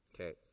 Okay